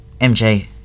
MJ